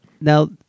Now